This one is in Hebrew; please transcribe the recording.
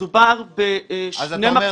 כשמדובר בשני מחזורים --- אז אתה אומר: